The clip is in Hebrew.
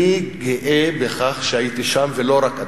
אני גאה בכך שהייתי שם, ולא רק,